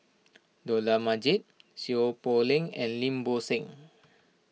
Dollah Majid Seow Poh Leng and Lim Bo Seng